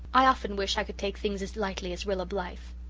i often wish i could take things as lightly as rilla blythe.